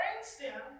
brainstem